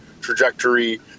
trajectory